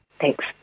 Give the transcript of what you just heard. Thanks